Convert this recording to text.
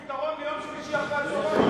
מצאנו פתרון לימי שלישי אחר-הצהריים.